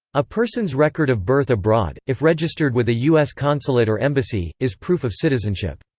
a person's record of birth abroad, if registered with a u s. consulate or embassy, is proof of citizenship.